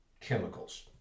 chemicals